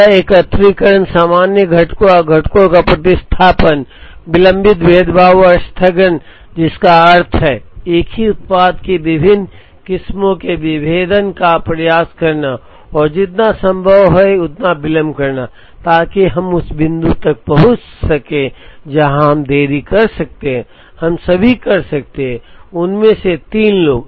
यह एकत्रीकरण सामान्य घटकों और घटकों का प्रतिस्थापन विलंबित भेदभाव और स्थगन जिसका अर्थ है एक ही उत्पाद की विभिन्न किस्मों के विभेदन का प्रयास करना और जितना संभव हो उतना विलंब करना ताकि हम उस बिंदु तक पहुंच सकें जहां हम देरी कर सकते हैं हम सभी कर सकते हैं उन में से तीन लोग